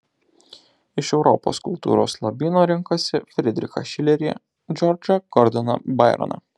iš europos kultūros lobyno rinkosi fridrichą šilerį džordžą gordoną baironą